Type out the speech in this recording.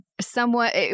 Somewhat